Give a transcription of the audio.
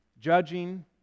Judging